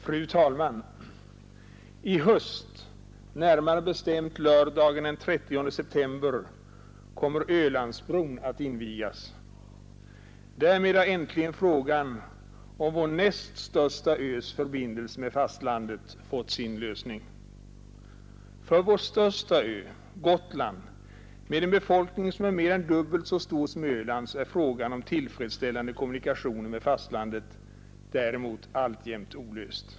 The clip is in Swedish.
Fru talman! I höst, närmare bestämt lördagen den 30 september, kommer Ölandsbron att invigas. Därmed har äntligen frågan om vår näst största ös förbindelse med fastlandet fått sin lösning. För vår största ö, Gotland, med en befolkning som är mer än dubbelt så stor som Ölands, är frågan om tillfredsställande kommunikationer med fastlandet däremot alltjämt olöst.